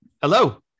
Hello